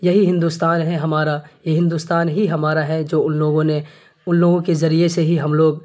یہی ہندوستان ہے ہمارا یہ ہندوستان ہی ہمارا ہے جو ان لوگوں نے ان لوگوں کے ذریعے سے ہی ہم لوگ